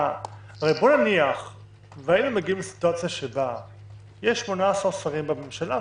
נניח שהיינו מגיעים לסיטואציה שבה יש 18 שרים בממשלה,